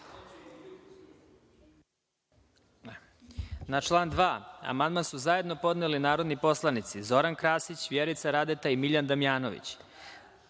član 5. amandman su zajedno podneli narodni poslanici Zoran Krasić, Vjerica Radeta i Nikola Savić. Da